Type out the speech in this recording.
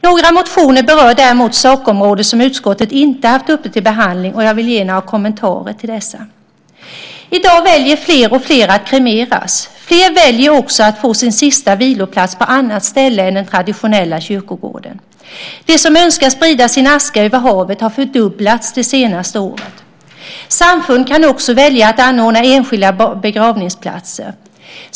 Några motioner berör däremot sakområden som utskottet inte haft uppe till behandling, och jag vill ge några kommentarer till dessa. I dag väljer fler och fler att kremeras. Fler väljer också att få sin sista viloplats på annat ställe än den traditionella kyrkogården. Antalet som önskar sprida sin aska över havet har fördubblats det senaste året. Samfund kan också välja att anordna enskilda begravningsplatser.